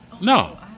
No